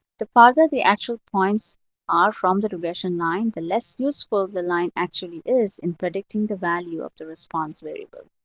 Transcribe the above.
the farther the actual points are from the diversion line, the less useful the line actually is in predicting the value of the response variable.